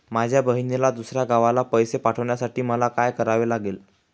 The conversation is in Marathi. माझ्या बहिणीला दुसऱ्या गावाला पैसे पाठवण्यासाठी मला काय करावे लागेल?